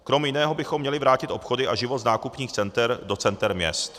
Krom jiného bychom měli vrátit obchody a život s nákupních center do center měst.